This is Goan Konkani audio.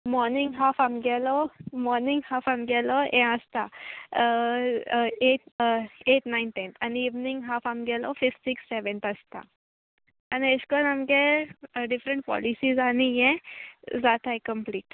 मॉर्नींग हाफ आमगेलो मॉर्नींग हाफ आमगेलो हें आसता एट एट नायन टेन्थ आनी इवनींग हाफ आमगेलो फिफ सिक्स सॅवँत आसता आनी अेशकोन्न आमगे डिफरंट पॉलिसीज आनी हे जाताय कंप्लीट